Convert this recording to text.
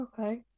Okay